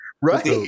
Right